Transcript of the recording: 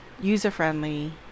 user-friendly